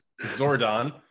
Zordon